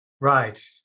Right